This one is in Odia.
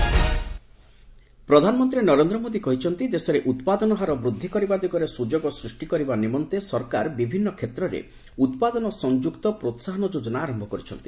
ପିଏମ୍ ପିଏଲ୍ଆଇ ପ୍ରଧାନମନ୍ତ୍ରୀ ନରେନ୍ଦ୍ର ମୋଦି କହିଛନ୍ତି ଦେଶରେ ଉତ୍ପାଦନ ହାର ବୃଦ୍ଧି କରିବା ଦିଗରେ ସୁଯୋଗ ସୃଷ୍ଟି କରିବା ନିମନ୍ତେ ସରକାର ବିଭିନ୍ନ କ୍ଷେତ୍ରରେ ଉତ୍ପାଦନ ସଂଯୁକ୍ତ ପ୍ରୋହାହନ ଯୋଜନା ଆରମ୍ଭ କରିଛନ୍ତି